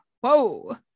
Whoa